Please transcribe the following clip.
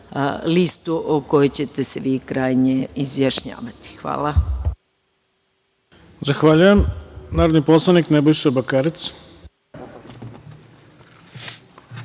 listu o kojoj ćete se vi krajnje izjašnjavati. Hvala.